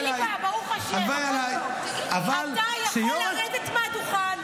אני רוצה להגיד לך --- יש כאלה בכנסת בלי רמקול,